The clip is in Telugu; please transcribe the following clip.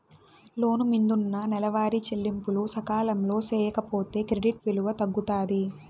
లోను మిందున్న నెలవారీ చెల్లింపులు సకాలంలో సేయకపోతే క్రెడిట్ విలువ తగ్గుతాది